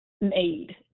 made